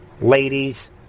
ladies